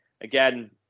again